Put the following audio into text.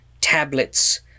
tablets